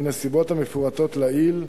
מן הסיבות המפורטות לעיל,